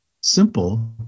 simple